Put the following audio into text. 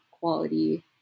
quality